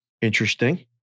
Interesting